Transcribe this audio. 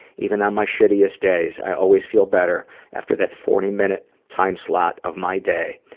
even on my shittiest days, i always feel better after that forty minute time slot of my day.